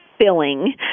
filling